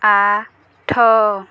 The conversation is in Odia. ଆଠ